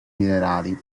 minerali